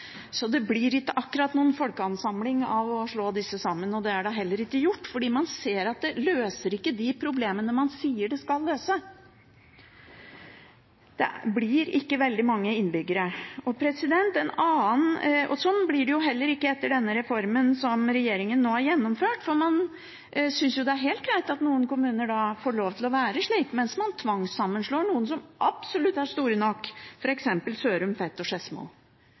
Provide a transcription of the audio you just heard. så det blir ikke akkurat noen folkeansamling av å slå disse sammen. Det er da heller ikke gjort, for man ser at det løser ikke de problemene man sier det skal løse. Det blir ikke veldig mange innbyggere. Sånn blir det heller ikke etter denne reformen som regjeringen nå har gjennomført. For man synes jo det er helt greit at noen kommuner får lov til å være slik, mens man tvangssammenslår noen kommuner som absolutt er store nok, f.eks. Sørum, Fet og